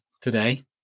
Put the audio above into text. today